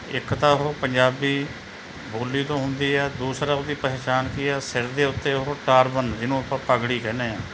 ਇੱਕ ਤਾਂ ਉਹ ਪੰਜਾਬੀ ਬੋਲੀ ਤੋਂ ਹੁੰਦੀ ਹੈ ਦੂਸਰਾ ਉਹਦੀ ਪਹਿਚਾਣ ਕੀ ਹੈ ਸਿਰ ਦੇ ਉੱਤੇ ਉਹ ਟਰਬਨ ਜਿਹਨੂੰ ਆਪਾਂ ਪੱਗੜੀ ਕਹਿੰਦੇ ਹਾਂ